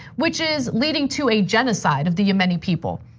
which is leading to a genocide of the yemeni people.